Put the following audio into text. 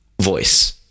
voice